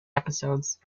episodes